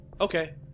Okay